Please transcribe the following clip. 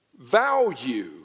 value